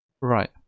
Right